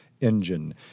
engine